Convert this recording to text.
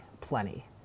plenty